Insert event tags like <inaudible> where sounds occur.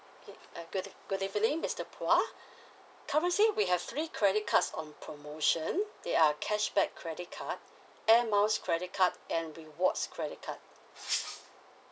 okay uh good good evening mister phua <breath> currently we have three credit cards on promotion they are cashback credit card air miles credit card and rewards credit card